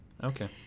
Okay